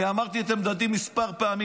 אמרתי את עמדתי כמה פעמים.